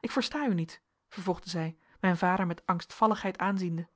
ik versta u niet vervolgde zij mijn vader met angstvalligheid aanziende